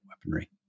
weaponry